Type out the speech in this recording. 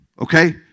okay